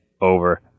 over